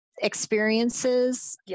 Experiences